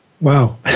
Wow